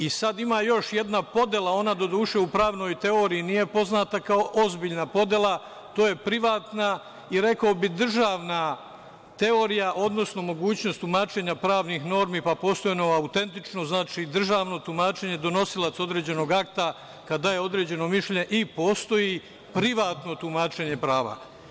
Ima još jedna podela, ona doduše, u pravnoj teoriji nije poznata kao ozbiljna podela, to je privatna i rekao bih državna teorija, odnosno mogućnost tumačenja pravnih normi, pa postoji ono autentično, znači državno tumačenje donosilac određenog akta, kad daje određeno mišljenje i postoji privatno tumačenje prava.